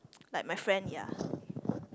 like my friend ya